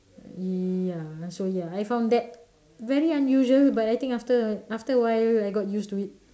ya so ya I found that very unusual but I think after after a while I got used to it